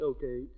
Okay